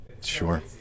Sure